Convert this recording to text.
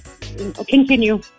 Continue